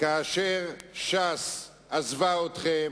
כאשר ש"ס עזבה אתכם,